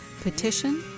petition